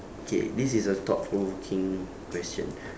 okay this is a thought provoking question